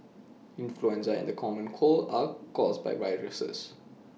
influenza and the common cold are caused by viruses